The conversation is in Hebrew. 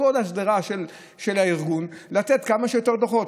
לכל השדרה של הארגון לתת כמה שיותר דוחות.